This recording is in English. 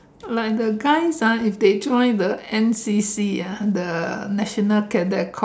like the guys ah if they join the N_C_C ah the national cadet